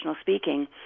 speaking